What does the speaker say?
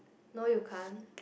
no you can't